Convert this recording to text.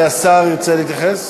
השר ירצה להתייחס?